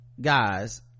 guys